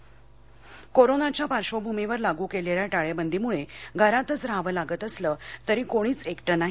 मोदी कोरोनाच्या पार्श्वभूमीवर लागू केलेल्या टाळेबंदीमुळं घरातच रहावं लागत असलं तरी कोणीच एकटं नाही